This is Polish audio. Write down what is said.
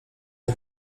jak